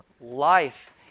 life